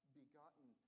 begotten